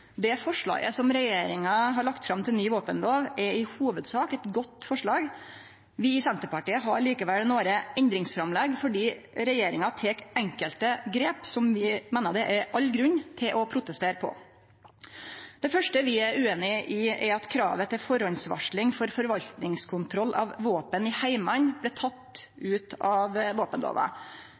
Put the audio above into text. Det forslaget som regjeringa har lagt fram til ny våpenlov, er i hovudsak eit godt forslag. Vi i Senterpartiet har likevel nokre endringsframlegg, fordi regjeringa tek enkelte grep som vi meiner det er all grunn til å protestere på. Det første vi er ueinige i, er at kravet til førehandsvarsling for forvaltningskontroll av våpen i heimane blir teke ut av våpenlova.